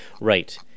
Right